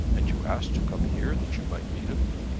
and you asked to come here that you might meet him?